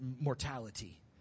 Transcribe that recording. mortality